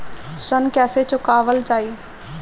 ऋण कैसे चुकावल जाई?